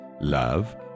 love